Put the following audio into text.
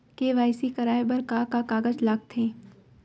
KYC कराये बर का का कागज लागथे?